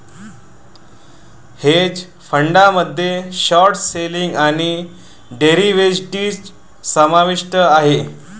hedge फंडामध्ये short selling आणि derivatives समाविष्ट आहेत